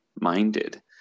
minded